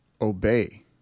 obey